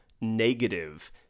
negative